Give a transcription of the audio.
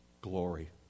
Glory